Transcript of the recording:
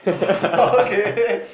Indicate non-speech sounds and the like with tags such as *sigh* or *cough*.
*laughs* okay